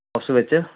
office ਵਿੱਚ